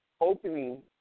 Opening